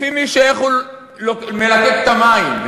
לפי איך שהוא מלקק את המים.